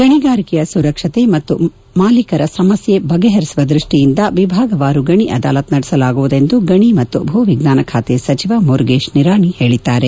ಗಣಿಗಾರಿಕೆಯ ಸುರಕ್ಷತೆ ಮತ್ತು ಮಾಲೀಕರ ಸಮಸ್ಥೆ ಬಗೆಹರಿಸುವ ದ್ವಷ್ಷಿಯಂದ ವಿಭಾಗವಾರು ಗಣಿ ಅದಾಲತ್ ನಡೆಸಲಾಗುವುದು ಎಂದು ಗಣಿ ಮತ್ತು ಭೂ ವಿಜ್ಞಾನ ಖಾತೆ ಸಚಿವ ಮುರುಗೇಶ್ ನಿರಾಣಿ ಹೇಳಿದ್ದಾರೆ